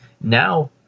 Now